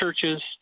churches